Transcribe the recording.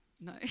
no